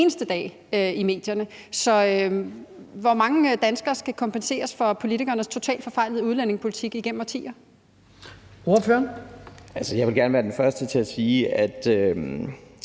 hvor mange danskere skal kompenseres for politikernes totalt forfejlede udlændingepolitik